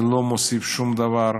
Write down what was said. זה לא מוסיף שום דבר,